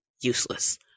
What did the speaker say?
useless